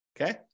Okay